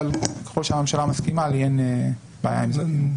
אבל ככל שהממשלה מסכימה לי אין בעיה עם זה.